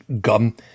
gum